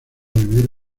vivir